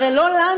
הרי לא לנו,